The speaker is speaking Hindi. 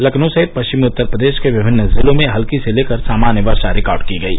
लखनऊ सहित पश्चिमी उत्तर प्रदेश के विभिन्न जिलों में हल्की से लेकर सामान्य वर्षा रिकार्ड की गयी